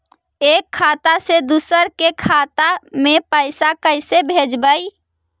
एक खाता से दुसर के खाता में पैसा कैसे भेजबइ?